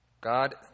God